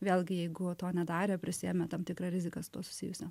vėlgi jeigu to nedarė prisiėmė tam tikrą riziką su tuo susijusią